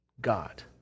God